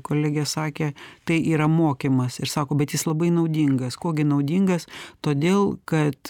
kolegė sakė tai yra mokymas ir sako bet jis labai naudingas kuo gi naudingas todėl kad